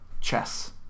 chess